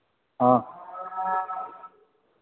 हाँ